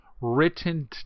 written